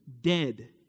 dead